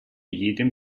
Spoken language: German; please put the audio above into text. jedem